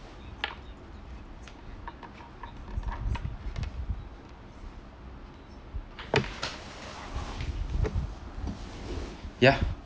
ya